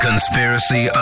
Conspiracy